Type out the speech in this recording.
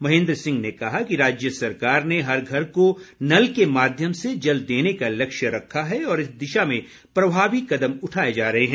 महेंद्र सिंह ने कहा कि राज्य सरकार ने हर घर को नल के माध्यम से जल देने का लक्ष्य रखा है और इस दिशा में प्रभावी कदम उठाए जा रहे हैं